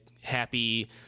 happy